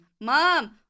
Mom